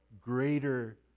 greater